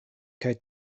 kaj